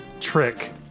trick